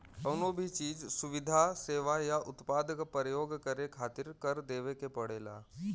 कउनो भी चीज, सुविधा, सेवा या उत्पाद क परयोग करे खातिर कर देवे के पड़ेला